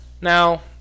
Now